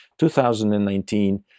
2019